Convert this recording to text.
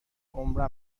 عمرا